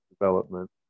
development